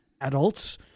adults